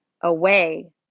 away